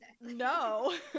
no